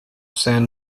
san